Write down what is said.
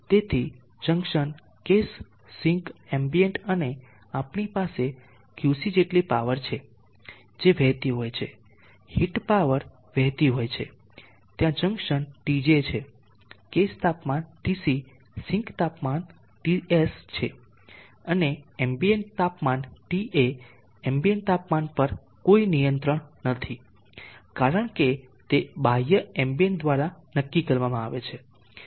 તેથી junction case sink ambient અને આપણી પાસે QC જેટલી પાવર છે જે વહેતી હોય છે હીટ પાવર વહેતી હોય છે ત્યાં જંકશન તાપમાન Tj છે કેસ તાપમાન Tc સિંક તાપમાન Ts છે અને એમ્બિયન્ટ તાપમાન Ta એમ્બિયન્ટ તાપમાન પર કોઈ નિયંત્રણ નથી કારણ કે તે બાહ્ય એમ્બિયન્ટ દ્વારા નક્કી કરવામાં આવે છે